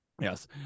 Yes